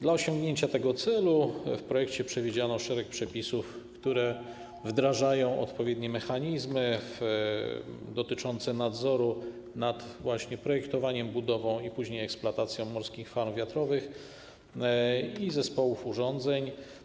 Dla osiągnięcia tego celu w projekcie przewidziano szereg przepisów, które wdrażają odpowiednie mechanizmy dotyczące nadzoru nad projektowaniem, budową i później eksploatacją morskich farm wiatrowych i zespołów urządzeń.